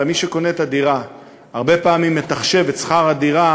הרי מי שקונה את הדירה הרבה פעמים מתַחשב את שכר הדירה